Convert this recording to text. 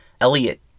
Elliot